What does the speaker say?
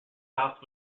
south